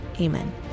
Amen